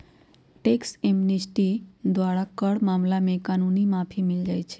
tax amnesty द्वारा कर मामला में कानूनी माफी मिल जाइ छै